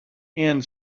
end